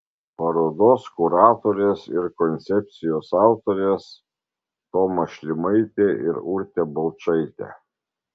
parodos kuratorės ir koncepcijos autorės toma šlimaitė ir urtė balčaitė